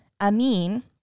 Amin